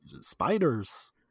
Spiders